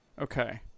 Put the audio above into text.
okay